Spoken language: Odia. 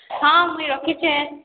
ହଁ ମୁଇଁ ରଖିଛେଁ